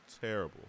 terrible